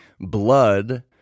blood